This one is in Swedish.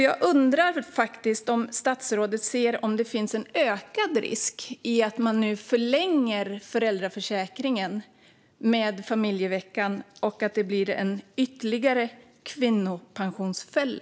Jag undrar om statsrådet ser att det finns en ökad risk i att man nu förlänger föräldraförsäkringen med familjeveckan och att det blir en ytterligare kvinnopensionsfälla.